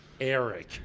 Eric